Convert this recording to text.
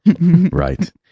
Right